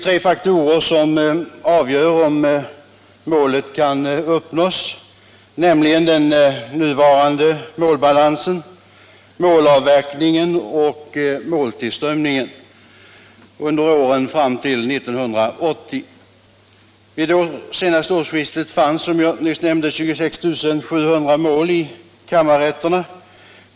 Tre faktorer avgör om målet kan uppnås, nämligen den nuvarande målbalansen, målav Vid det senaste årsskiftet fanns, som jag nyss nämnde, ca 26 700 mål i kammarrätterna.